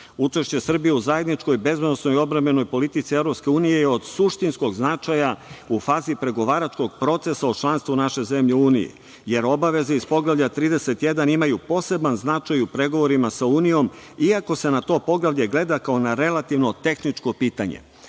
planu. Učešće Srbije u zajedničkoj bezbednosnoj odbrambenoj politici EU je od suštinskog značaja u fazi pregovaračkog procesa za članstvo naše zemlje u UN, jer obaveze iz poglavlja 31 imaju poseban značaj u pregovorima sa EU, iako se na to poglavlje gleda kao na relativno tehničko